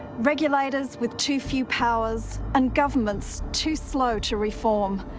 regulators with too few powers and governments too slow to reform.